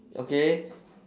okay